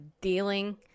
dealing